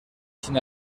sin